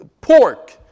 pork